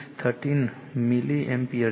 13o milliampere છે